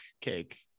cake